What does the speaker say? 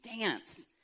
Dance